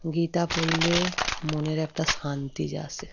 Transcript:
গীতা পড়লে মনের একটা শান্তি আসে